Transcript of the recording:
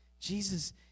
jesus